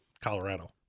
Colorado